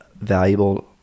valuable